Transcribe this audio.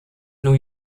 new